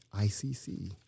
ICC